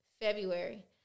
February